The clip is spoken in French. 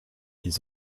ils